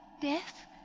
Death